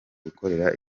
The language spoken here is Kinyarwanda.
gukorera